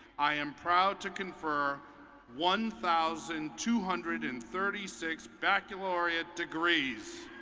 i am proud to confer one thousand two hundred and thirty six baccalaureate degrees.